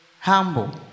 humble